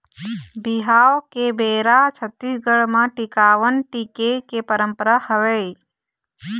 बिहाव के बेरा छत्तीसगढ़ म टिकावन टिके के पंरपरा हवय